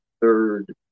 third